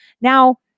Now